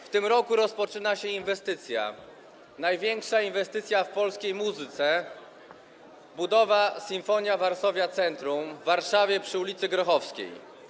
W tym roku rozpoczyna się największa inwestycja w polskiej muzyce - budowa Sinfonia Varsovia Centrum w Warszawie przy ul. Grochowskiej.